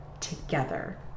together